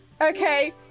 Okay